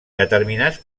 determinats